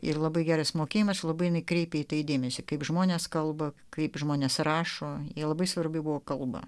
ir labai geras mokėjimas labai kreipė į tai dėmesį kaip žmonės kalba kaip žmonės rašo labai svarbi buvo kalba